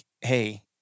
Hey